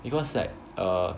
because like err